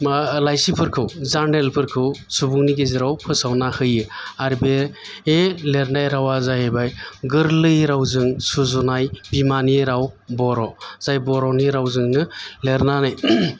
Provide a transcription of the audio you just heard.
मा लाइसिफोरखौ जार्नेलफोरखौ सुबुंनि गेजेराव फोसावना होयो आरो बे लिरनाय रावा जाहैबाय गोरलै रावजों सुजुनाय बिमानि राव बर' जाय बर'नि रावजोंनो लिरनानै